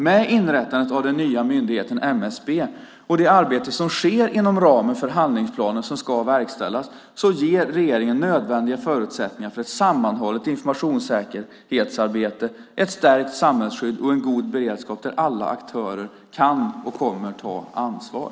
Med inrättandet av den nya myndigheten MSB och det arbete som sker inom ramen för handlingsplanen, som ska verkställas, ger regeringen nödvändiga förutsättningar för ett sammanhållet informationssäkerhetsarbete, ett stärkt samhällsskydd och en god beredskap där alla aktörer kan och kommer att ta ansvar.